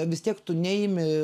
vis tiek tu neimi